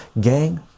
gang